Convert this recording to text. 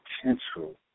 potential